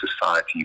Society